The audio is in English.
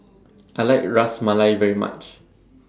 I like Ras Malai very much